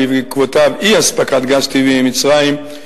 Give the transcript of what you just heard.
ובעקבותיו אי-אספקת גז טבעי ממצרים,